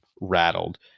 rattled